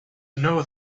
know